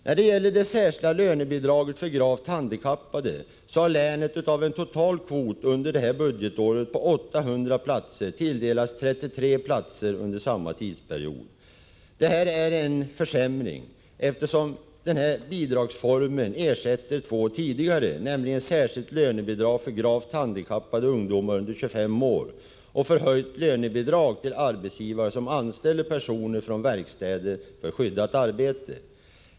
När det gäller det särskilda lönebidraget för gravt handikappade har länet av en total kvot på 800 platser under innevarande budgetår tilldelats 33 platser under samma tidsperiod. Detta är en försämring, eftersom denna bidragsform ersätter två tidigare, nämligen särskilt lönebidrag för gravt handikappade ungdomar under 25 år och förhöjt lönebidrag till arbetsgivare som anställer personer från verkstäder för skyddat arbete.